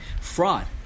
Fraud